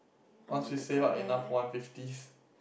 once we save up enough one fifties